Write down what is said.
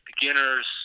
beginners